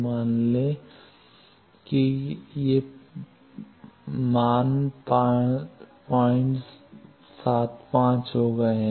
अब ये मान 075 हो गए हैं